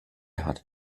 hat